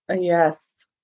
Yes